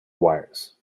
wires